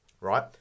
right